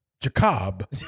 Jacob